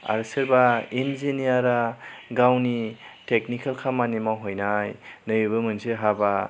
आरो सोरबा इन्जिनियारा गावनि टेकनिकेल खामानि मावहैनाय नैबेबो मोनसे हाबा